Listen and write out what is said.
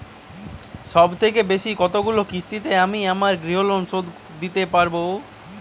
সবথেকে বেশী কতগুলো কিস্তিতে আমি আমার গৃহলোন শোধ দিতে পারব?